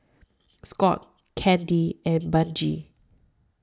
Scot Candi and Benji